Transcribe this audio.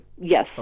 Yes